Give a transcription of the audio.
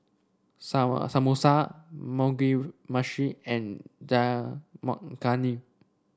Samosa Mugi Meshi and Dal Makhani